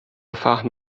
فهم